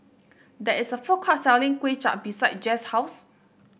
there is a food court selling Kuay Chap beside Jess' house